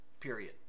Period